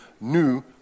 new